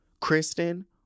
Kristen